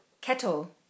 Kettle